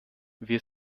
wir